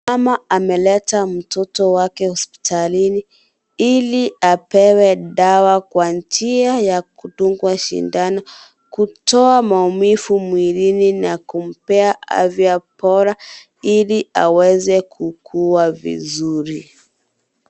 Mama ameleta mtoto wake hospitalini ili apewe dawa kwa njia ya kudungwa sindano kutoa maumivu mwilini na kumpea afya bora ili aweze kukua vizuri.